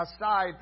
aside